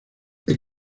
por